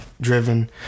driven